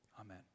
Amen